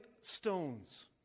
stones